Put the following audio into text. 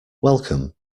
welcome